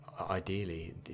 ideally